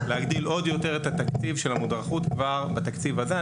להגדיל עוד יותר את התקציב של המודרכות כבר בתקציב הזה.